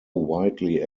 widely